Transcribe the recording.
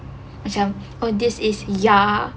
macam this is ya